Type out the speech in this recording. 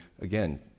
again